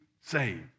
saved